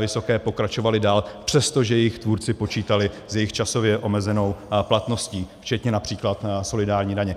vysoké daně pokračovaly dál, přestože jejich tvůrci počítali s jejich časově omezenou platností, včetně například solidární daně.